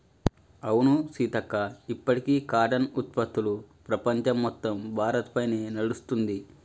అవును సీతక్క ఇప్పటికీ కాటన్ ఉత్పత్తులు ప్రపంచం మొత్తం భారతదేశ పైనే నడుస్తుంది